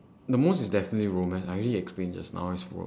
the most is definitely romance I already explain just now is ro~